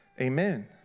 Amen